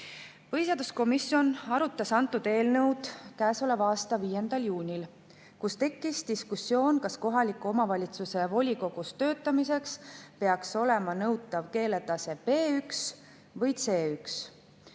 Põhiseaduskomisjon arutas antud eelnõu käesoleva aasta 5. juuni [istungil], kus tekkis diskussioon, kas kohaliku omavalitsuse volikogus töötamiseks peaks olema nõutav B1‑ või